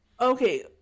Okay